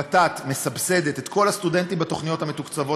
ות"ת מסבסדת את כל הסטודנטים בתוכניות המתוקצבות